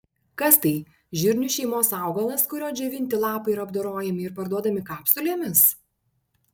kas tai žirnių šeimos augalas kurio džiovinti lapai yra apdorojami ir parduodami kapsulėmis